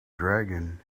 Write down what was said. dragon